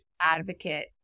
advocate